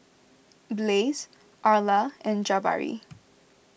Blaise Arla and Jabari